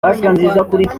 abanyarwanda